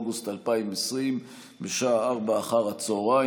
הודעה למזכירת הכנסת.